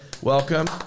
Welcome